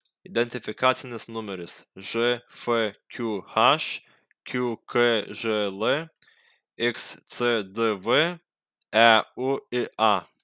identifikacinis numeris žfqh qkžl xcdv euia